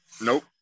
Nope